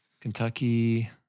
Kentucky